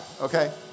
okay